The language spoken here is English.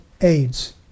AIDS